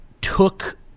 took